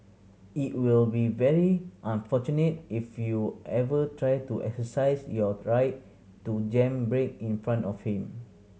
it will be very unfortunate if you ever try to exercise your right to jam brake in front of him